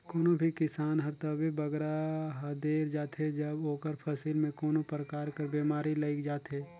कोनो भी किसान हर तबे बगरा हदेर जाथे जब ओकर फसिल में कोनो परकार कर बेमारी लइग जाथे